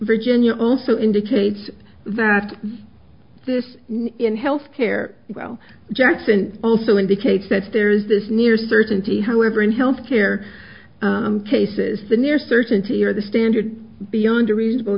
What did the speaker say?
virginia also indicates that this in health care well jackson also indicates that there is this near certainty however in health care cases the near certainty or the standard beyond a reasonable